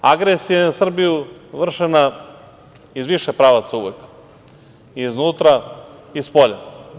Agresija je na Srbiju vršena iz više pravaca uvek, iznutra i spolja.